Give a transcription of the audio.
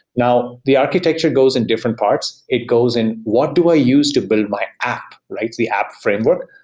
now, the architecture goes in different parts. it goes in what do i use to build my app? like the app framework.